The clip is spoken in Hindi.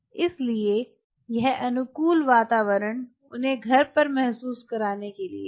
इसलिए यह अनुकूल वातावरण उन्हें घर पर महसूस करने के लिए है